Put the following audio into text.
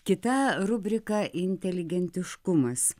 kita rubrika inteligentiškumas